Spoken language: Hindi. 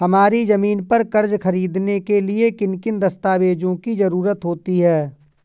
हमारी ज़मीन पर कर्ज ख़रीदने के लिए किन किन दस्तावेजों की जरूरत होती है?